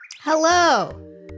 hello